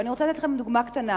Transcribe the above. אני רוצה לתת לכם דוגמה קטנה,